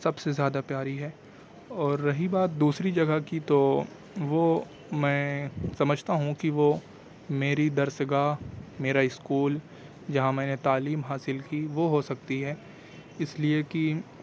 سب سے زیادہ پیاری ہے اور رہی بات دوسری جگہ کی تو وہ میں سمجھتا ہوں کہ وہ میری درسگاہ میرا اسکول جہاں میں نے تعلیم حاصل کی وہ ہو سکتی ہے اس لیے کہ